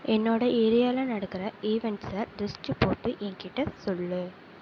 என்னோட ஏரியாவில் நடக்கிற ஈவண்ட்ஸை லிஸ்ட் போட்டு என்கிட்ட சொல்